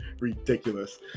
Ridiculous